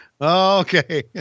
Okay